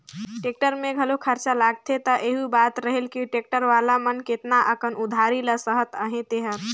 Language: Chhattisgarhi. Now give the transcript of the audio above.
टेक्टर में घलो खरचा लागथे त एहू बात रहेल कि टेक्टर वाला मन केतना अकन उधारी ल सहत अहें तेहर